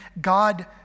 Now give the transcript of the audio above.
God